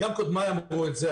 גם קודמיי אמרו את זה,